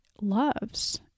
loves